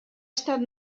estat